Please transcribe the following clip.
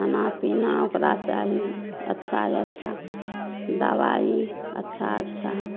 खाना पीना ओकरा चाही अच्छा अच्छा दबाइ अच्छा अच्छा